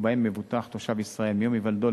ובהם מבוטח תושב ישראל מיום היוולדו,